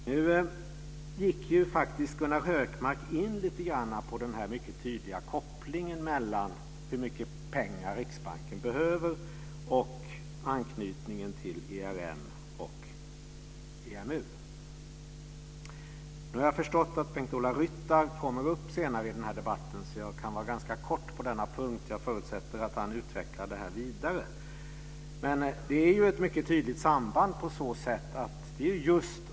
Nu gick faktiskt Gunnar Hökmark in lite grann på den här mycket tydliga kopplingen mellan hur mycket pengar Riksbanken behöver och anknytningen till ERM och EMU. Nu har jag förstått att Bengt-Ola Ryttar kommer upp i debatten senare, och därför kan jag vara ganska kort på den här punkten. Jag förutsätter att han utvecklar det vidare. Det finns ett mycket tydligt samband här.